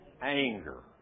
Anger